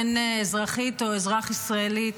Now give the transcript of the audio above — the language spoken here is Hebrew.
אין אזרחית או אזרח ישראלי,